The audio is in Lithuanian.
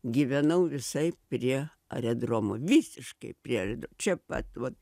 gyvenau visai prie aerodromo visiškai prie čia pat vat